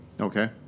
okay